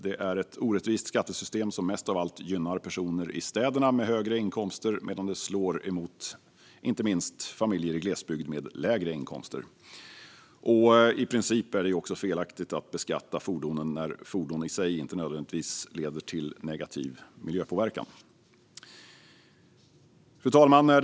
Det är ett orättvist skattesystem som mest av allt gynnar personer med högre inkomst i städer medan det slår mot inte minst barnfamiljer med lägre inkomst i glesbygd. I princip är det också felaktigt att beskatta fordonen när fordonen i sig inte nödvändigtvis leder till negativ miljöpåverkan. Fru talman!